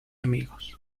amigos